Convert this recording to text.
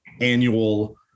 annual